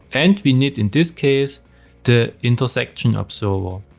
and we need in this case the intersectionobserver.